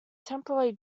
temporarily